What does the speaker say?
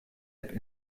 app